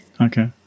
Okay